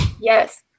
Yes